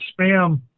spam